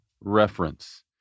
reference